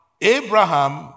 Abraham